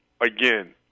again